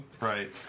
Right